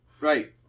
Right